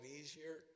easier